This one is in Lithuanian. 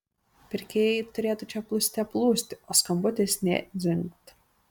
pirkėjai turėtų čia plūste plūsti o skambutis nė dzingt